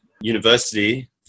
university